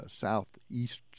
southeast